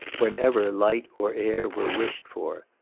whenever light or air were wished for.